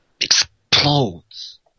explodes